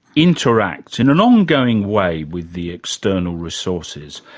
interacts in an ongoing way with the external resources.